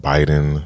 Biden